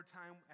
time